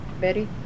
Betty